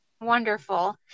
Wonderful